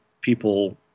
people